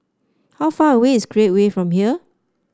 how far away is Create Way from here